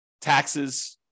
taxes